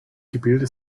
gebilde